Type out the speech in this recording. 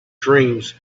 dreams